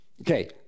Okay